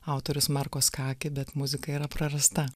autorius marko skaki bet muzika yra prarasta